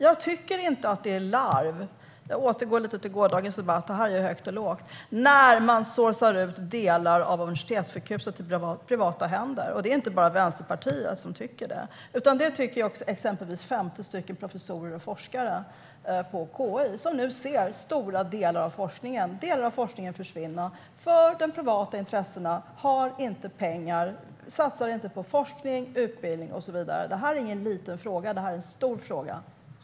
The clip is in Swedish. Jag tycker inte att det är larv - jag återgår lite till gårdagens debatt, för det blir högt och lågt här - när man såsar ut delar av universitetssjukhuset till privata händer. Det är inte bara Vänsterpartiet som tycker det, utan det tycker exempelvis också 50 professorer och forskare på KI som nu ser stora delar av forskningen försvinna för att de privata intressena inte satsar på forskning och utbildning och så vidare. Det här är ingen liten fråga; det här är en stor fråga.